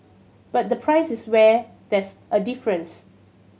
but the price is where there's a difference